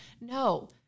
no